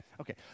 Okay